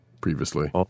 previously